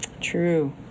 True